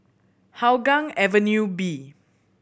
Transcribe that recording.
Hougang Avenue B